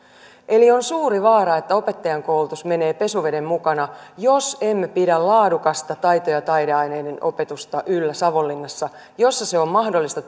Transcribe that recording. eli on suuri vaara että opettajankoulutus menee pesuveden mukana jos emme pidä laadukasta taito ja taideaineiden opetusta yllä savonlinnassa missä se on mahdollista